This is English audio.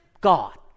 God